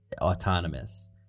autonomous